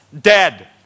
dead